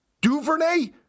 DuVernay